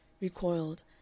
recoiled